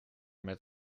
met